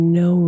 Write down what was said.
no